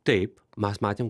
taip mes matėm